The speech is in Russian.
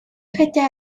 хотя